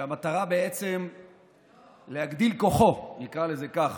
כשהמטרה היא בעצם "להגדיל כוחו", נקרא לזה כך,